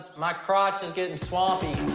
my crotch is getting swampy.